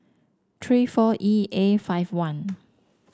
three four E A five one